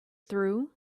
through